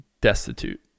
destitute